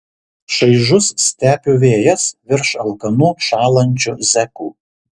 šaižus stepių vėjas virš alkanų šąlančių zekų